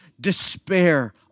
despair